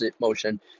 motion